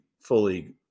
fully